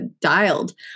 dialed